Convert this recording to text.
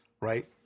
right